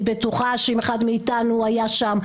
אני בטוחה שאם אחד מאיתנו היה שם,